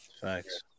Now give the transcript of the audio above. Facts